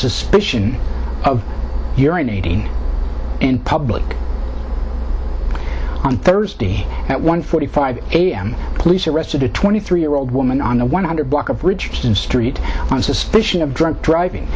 suspicion of urine eating in public on thursday at one forty five a m police arrested a twenty three year old woman on a one hundred block of richardson street on suspicion of drunk driving